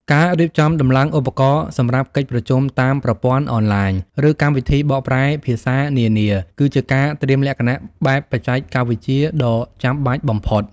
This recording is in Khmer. ការរៀបចំដំឡើងឧបករណ៍សម្រាប់កិច្ចប្រជុំតាមប្រព័ន្ធអនឡាញ ឬ កម្មវិធីបកប្រែភាសានានា គឺជាការត្រៀមលក្ខណៈបែបបច្ចេកវិទ្យាដ៏ចាំបាច់បំផុត។